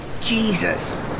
Jesus